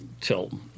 till